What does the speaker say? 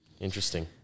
Interesting